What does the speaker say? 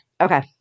Okay